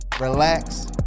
relax